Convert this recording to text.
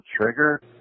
trigger